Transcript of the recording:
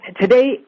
today